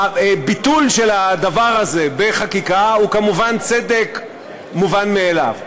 הביטול של הדבר הזה בחקיקה הוא כמובן צדק מובן מאליו.